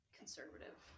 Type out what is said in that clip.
conservative